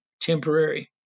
temporary